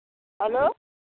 hello